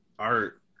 art